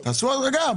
תעשו הדרגה.